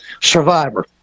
Survivor